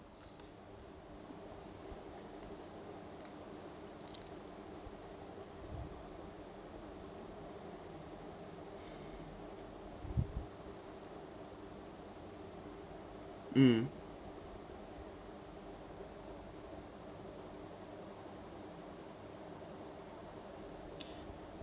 mm